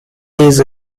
days